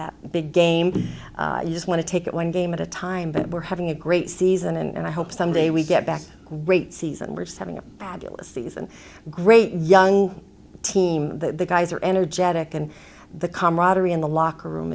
that big game you just want to take it one game at a time but we're having a great season and i hope someday we get back great season which is having a fabulous season great young team the guys are energetic and the camaraderie in the locker room